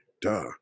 Duh